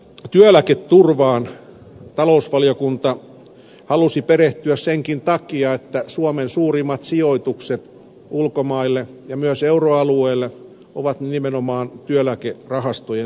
työeläketurvaan talousvaliokunta halusi perehtyä senkin takia että suomen suurimmat sijoitukset ulkomaille ja myös euroalueelle ovat nimenomaan työeläkerahastojen sijoituksia